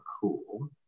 cool